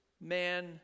man